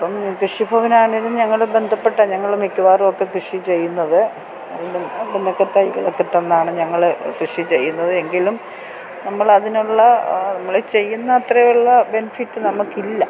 ഇപ്പം കൃഷി ഭവനാണേലും ഞങ്ങൾ ബന്ധപ്പെട്ട ഞങ്ങൾ മിക്കവാറും ഒക്കെ കൃഷി ചെയ്യുന്നത് തൈകളൊക്കെ തന്നാണ് ഞങ്ങൾ കൃഷി ചെയ്യുന്നത് എങ്കിലും നമ്മൾ അതിനുള്ള നമ്മൾ ചെയ്യുന്ന അത്രെ ഉള്ള ബെനിഫിറ്റ് നമുക്കില്ല